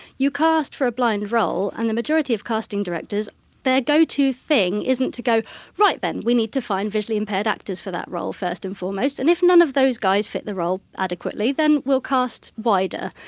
you cast for a blind role and the majority of casting directors their go to thing isn't to go right then, we need to find visually impaired actors for that role first and foremost and if none of those guys fit the role adequately then we'll cast wider.